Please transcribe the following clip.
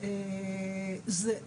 זה יהיה.